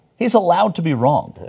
he's allowed to be wrong.